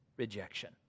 rejection